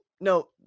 no